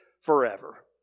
forever